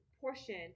portion